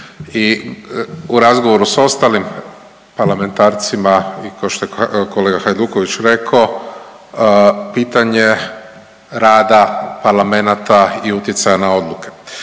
i u razgovoru s ostalim parlamentarcima i ko što je kolega Hajduković rekao pitanje rada parlamenata i utjecaja na odluke.